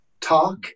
talk